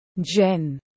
Jen